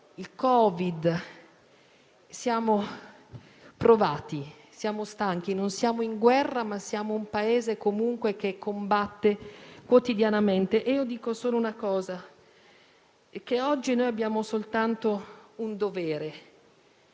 il Covid-19: siamo provati, siamo stanchi. Non siamo in guerra, ma siamo un Paese che combatte quotidianamente. Dico solo una cosa: oggi abbiamo soltanto un dovere;